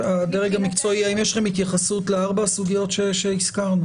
האם יש לכם התייחסות לארבע הסוגיות שהזכרנו?